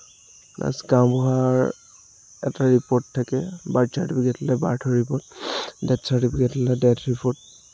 তাৰপিছত গাঁওবুঢ়াৰ এটা ৰিপ'ৰ্ট থাকে বাৰ্থ চাৰ্টিফিকেট হ'লে বাৰ্থৰ ৰিপ'ৰ্ট ডেথ চাৰ্টিফিকেট হ'লে ডেথ ৰিপ'ৰ্ট